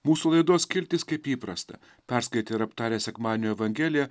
mūsų laidos skiltis kaip įprasta perskaitę ir aptarę sekmadienio evangeliją